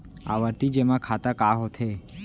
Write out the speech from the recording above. आवर्ती जेमा खाता का होथे?